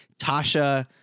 Tasha